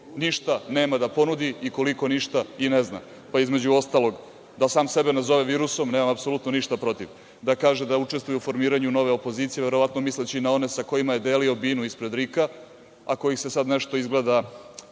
ništa nema da ponudi i koliko ništa i ne zna. Između ostalog, da sam sebe nazovem virusom, nemam apsolutno ništa protiv. Da kaže da učestvuje u formiranju nove opozicije, verovatno misleći na one sa kojima je delio binu ispred RIK-a, a kojih se sada nešto izgleda